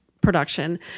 Production